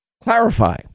clarify